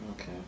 Okay